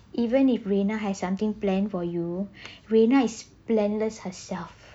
even if rina has something planned for you rina is planless herself